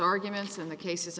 arguments and the case